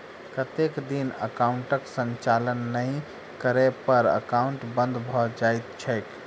कतेक दिन एकाउंटक संचालन नहि करै पर एकाउन्ट बन्द भऽ जाइत छैक?